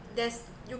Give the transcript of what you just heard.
there's you